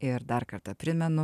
ir dar kartą primenu